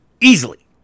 Easily